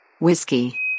Whiskey